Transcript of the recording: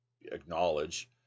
acknowledge